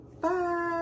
Bye